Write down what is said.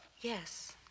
Yes